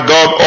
God